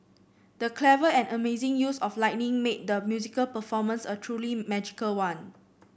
the clever and amazing use of lighting made the musical performance a truly magical one